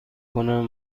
کنم